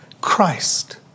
Christ